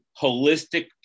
holistic